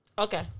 Okay